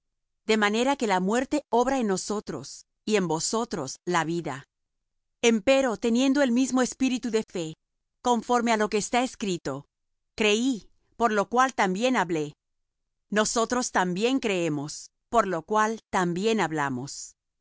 de manera que la muerte obra en nosotros y en vosotros la vida empero teniendo el mismo espíritu de fe conforme á lo que está escrito creí por lo cual también hablé nosotros también creemos por lo cual también hablamos